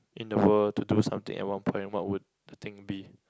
in the world to do something at on point what would the thing be